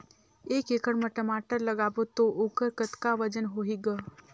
एक एकड़ म टमाटर लगाबो तो ओकर कतका वजन होही ग?